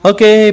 Okay